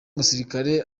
musirikare